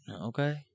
Okay